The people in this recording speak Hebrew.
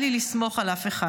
אל לי לסמוך על אף אחד.